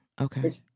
okay